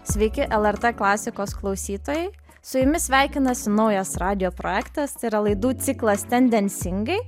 sveiki lrt klasikos klausytojai su jumis sveikinasi naujas radijo projektas tai yra laidų ciklas tendencingai